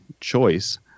choice